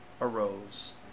arose